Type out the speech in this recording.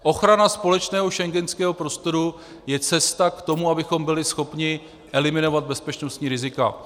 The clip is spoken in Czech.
Ochrana společného schengenského prostoru je cesta k tomu, abychom byli schopni eliminovat bezpečnostní rizika.